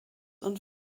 und